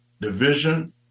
division